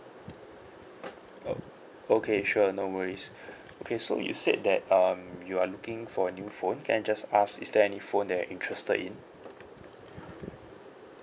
o~ okay sure no worries okay so you said that um you are looking for a new phone can I just ask is there any phone that you're interested in